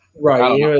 right